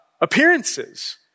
appearances